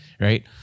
Right